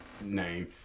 name